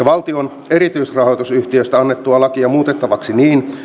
valtion erityisrahoitusyhtiöistä annettua lakia muutettavaksi niin